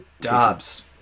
Dobbs